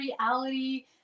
reality